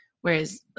Whereas